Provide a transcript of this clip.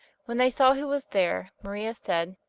when they saw who was there, maria said,